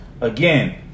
again